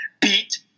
Beat